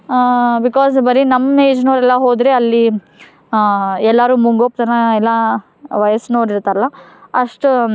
because ಬರಿ ನಮ್ಮ ಏಜ್ನವರೆಲ್ಲ ಹೋದರೆ ಅಲ್ಲಿ ಎಲ್ಲರೂ ಮುಂಗೋಪತನ ಎಲ್ಲ ವಯಸ್ನವ್ರು ಇರ್ತಾರಲ್ಲ ಅಷ್ಟು